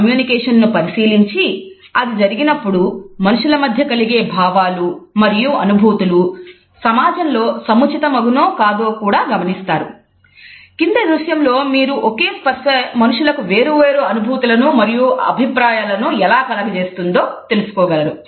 క్రింద దృశ్యము లో మీరు ఓకే స్పర్శ మనుషులకు వేరు వేరు అనుభూతులను మరియు అభిప్రాయాలను ఎలా కలుగజేస్తుందో తెలుసుకోగలరు